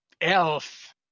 elf